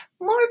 More